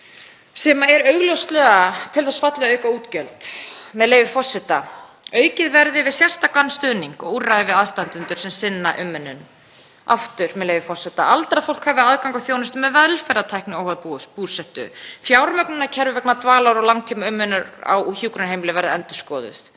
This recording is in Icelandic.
sem er augljóslega til þess fallið að auka útgjöld, með leyfi forseta: „Aukið verði við sérstakan stuðning og úrræði við aðstandendur sem sinna umönnun.“ Aftur, með leyfi forseta: „Aldrað fólk hafi aðgang að þjónustu með velferðartækni óháð búsetu. […] Fjármögnunarkerfi vegna dvalar og langtímaumönnunar á hjúkrunarheimili verði endurskoðað.